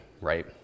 right